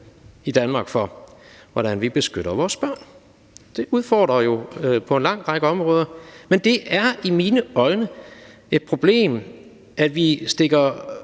i Danmark for, hvordan vi beskytter vores børn. Det er jo på en lang række områder en udfordring, men det er i mine øjne et problem, at vi stikker